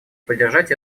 поддержать